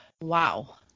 Wow